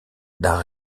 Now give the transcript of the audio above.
d’un